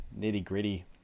nitty-gritty